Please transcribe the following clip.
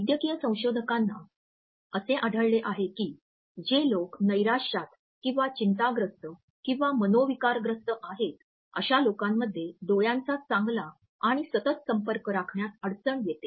वैद्यकीय संशोधकांना असे आढळले आहे की जे लोक नैराश्यात किंवा चिंताग्रस्त किंवा मनोविकारग्रस्त आहेत अशा लोकांमध्ये डोळ्यांचा चांगला आणि सतत संपर्क राखण्यात अडचण येते